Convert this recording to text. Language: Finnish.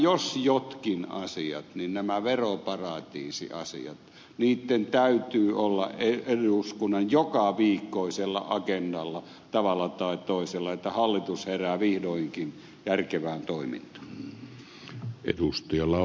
jos joidenkin niin näiden veroparatiisiasioiden täytyy olla eduskunnan jokaviikkoisella agendalla tavalla tai toisella niin että hallitus herää vihdoinkin järkevään toimintaan